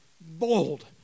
Bold